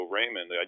Raymond